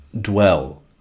dwell